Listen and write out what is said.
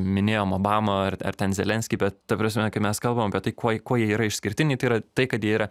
minėjom obamą ar ar ten zelenskį bet ta prasme kai mes kalbam apie tai kuo kuo jie yra išskirtiniai tai yra tai kad jie yra